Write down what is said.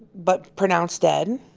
but pronounced dead.